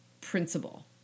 principle